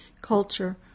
culture